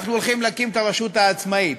אנחנו הולכים להקים את הרשות העצמאית,